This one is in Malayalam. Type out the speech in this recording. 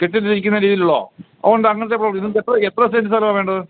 കെട്ടിട്ടിരിക്കുന്ന രീതിയിലുള്ളതോ ഓ ഉണ്ട് അങ്ങനത്തെ പ്രോപ്പര്ട്ടീസ് ഉണ്ട് എത്ര സെൻറ്റ് സ്ഥലമാണ് വേണ്ടത്